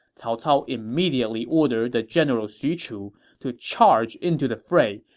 cao cao immediately ordered the general xu chu to charge into the fray,